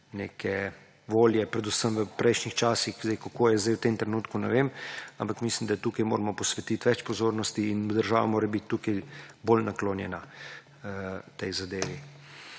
neke volje. Predvsem v prejšnjih časih, kako je sedaj v tem trenutku, ne vem, ampak mislim, da temu moramo posvetiti več pozornosti in država mora biti tukaj bolj naklonjena tej zadevi.